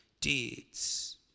deeds